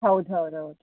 ಹೌದು ಹೌದು ಹೌದು